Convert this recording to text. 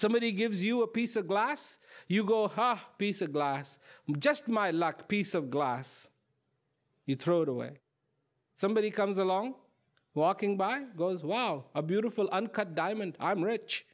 somebody gives you a piece of glass you go ha piece of glass just my luck piece of glass you throw it away somebody comes along walking by goes wow a beautiful uncut diamond i'm rich